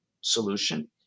solution